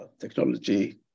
technology